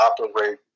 operate